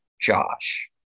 Josh